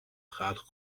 خلق